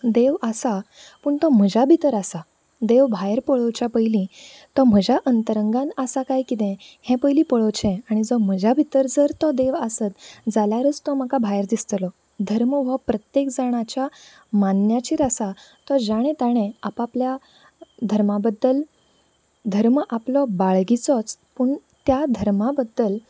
देव आसा पूण तो म्हज्या भितर आसा देव भायर पळोवच्या पयलीं तो म्हज्या अंतरंगांत आसा कांय कितें हें पयलीं पळोवचें आनी जो म्हज्या भितर जर तो देव आसत जाल्यारच तो म्हाका भायर दिसतलो धर्म हो प्रत्येक जाणाच्या मान्याचेर आसा तो जाणे ताणें आप आपल्या धर्मा बद्दल धर्म आपलो बाळगीचोच पूण त्या धर्मा बद्दल